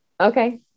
Okay